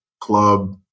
club